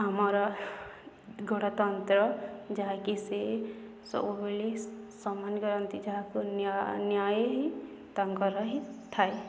ଆମର ଗଣତନ୍ତ୍ର ଯାହାକି ସେ ସବୁବେଳେ ସମାନ କରନ୍ତି ଯାହାକୁ ନ୍ୟାୟ ହିଁ ତାଙ୍କର ହିଁ ଥାଏ